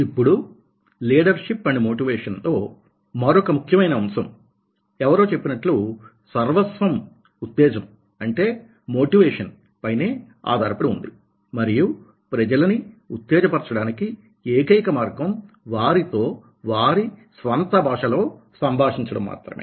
ఇప్పుడు leadership and motivation అనేది మరొక ముఖ్యమైన అంశం ఎవరో చెప్పినట్లు సర్వస్వం ఉత్తేజం అంటే మోటివేషన్ పైనే ఆధారపడి ఉంది మరియు ప్రజలని ఉత్తేజ పరచడానికి ఏకైక మార్గం వారితో వారి స్వంత భాషలో సంభాషించడం మాత్రమే